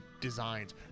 designs